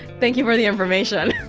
thank you for the information